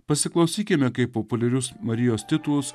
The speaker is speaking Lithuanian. pasiklausykime kaip populiarius marijos titulus